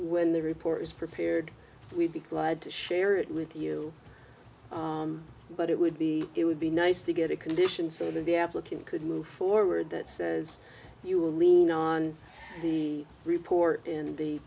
when the report was prepared we'd be glad to share it with you but it would be it would be nice to get a condition so that the applicant could move forward that says you will lean on the report